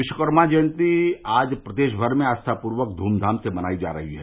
विश्वकर्मा जयंती आज प्रदेश भर में आस्थापूर्वक धूमधाम से मनायी जा रही है